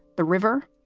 the river,